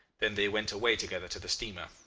then they went away together to the steamer.